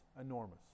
enormous